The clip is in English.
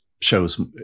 shows